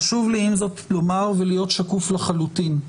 חשוב לי עם זאת לומר ולהיות שקוף לחלוטין: